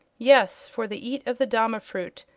yes for they eat of the dama-fruit,